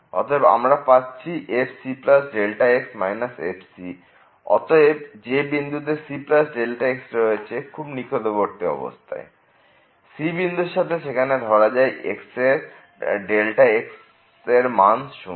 অতএব আমরা পাচ্ছি fcx f অতএব যে বিন্দুতে c x রয়েছে খুব নিকটবর্তী অবস্থায় c বিন্দুর সাথে সেখানে ধরা যায় x এর মান 0